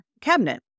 cabinet